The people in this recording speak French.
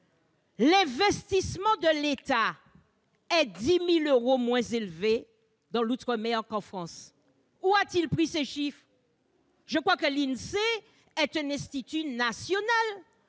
L'investissement de l'État est de 10 000 euros moins élevé dans l'outre-mer qu'en France ! Où a-t-il pris ces chiffres ? L'INSEE est un institut national